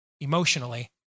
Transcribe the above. emotionally